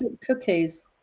cookies